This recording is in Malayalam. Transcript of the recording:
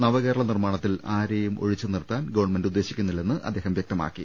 നവകേരള നിർമ്മാണത്തിൽ ആരെയും ഒഴിച്ചു നിർത്താൻ ഗവൺമെന്റ് ഉദ്ദേശിക്കുന്നില്ലെന്ന് അദ്ദേഹം വ്യക്തമാക്കി